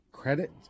Credit